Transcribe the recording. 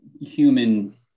human